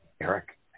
Eric